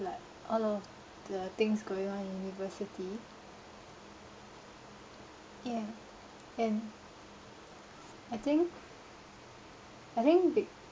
like all of the things going on in university yeah and I think I think